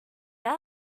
that